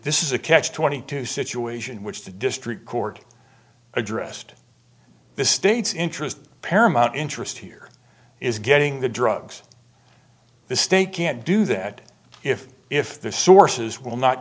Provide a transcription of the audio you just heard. this is a catch twenty two situation which the district court addressed the state's interest paramount interest here is getting the drugs the state can't do that if if the sources will not